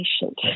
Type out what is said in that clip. patient